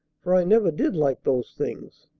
for i never did like those things.